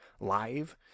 Live